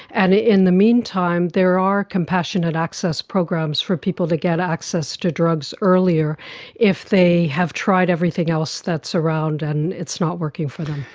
and in the meantime there are compassionate access programs for people to get access to drugs earlier if they have tried everything else that's around and it's not working for them.